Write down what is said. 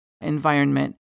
environment